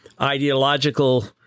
ideological